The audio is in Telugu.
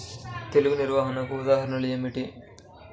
తెగులు నిర్వహణకు ఉదాహరణలు ఏమిటి?